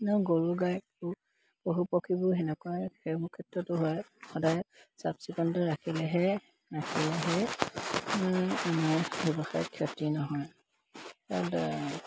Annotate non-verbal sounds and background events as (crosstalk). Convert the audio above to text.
গৰু গাই পশু পক্ষীবোৰ সেনেকুৱাই সেইবোৰ ক্ষেত্ৰতো হয় সদায় চাফ (unintelligible)